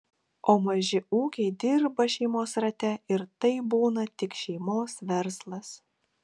o maži ūkiai dirba šeimos rate ir tai būna tik šeimos verslas